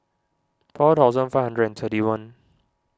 four thousand five hundred and thirty one